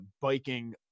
biking